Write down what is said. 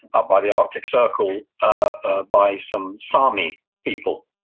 up by the arctic circle, ah by some sami people,